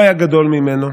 לא היה גדול ממנו.